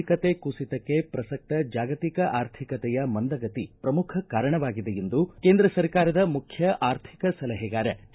ದೇಶದ ಆರ್ಥಿಕತೆ ಕುಸಿತಕ್ಕೆ ಪ್ರಸಕ್ತ ಜಾಗತಿಕ ಆರ್ಥಿಕತೆಯ ಮಂದಗತಿ ಪ್ರಮುಖ ಕಾರಣವಾಗಿದೆ ಎಂದು ಕೇಂದ್ರ ಸರ್ಕಾರದ ಮುಖ್ಯ ಆರ್ಥಿಕ ಸಲಹೆಗಾರ ಕೆ